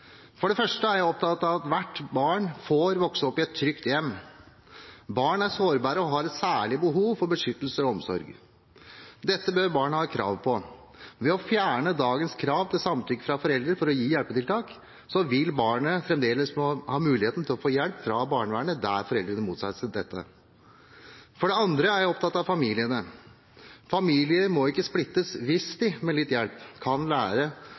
For det første er jeg opptatt av at hvert barn får vokse opp i et trygt hjem. Barn er sårbare og har et særlig behov for beskyttelse og omsorg. Dette bør barn ha krav på. Ved å fjerne dagens krav til samtykke fra foreldre for å gi hjelpetiltak, vil barnet fremdeles ha muligheten til å få hjelp fra barnevernet der foreldrene motsetter seg dette. For det andre er jeg opptatt av familiene. Familier må ikke splittes hvis de med litt hjelp kan lære